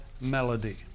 melody